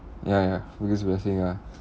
ya ya because we're saying ah